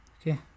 Okay